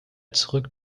zurück